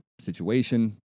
situation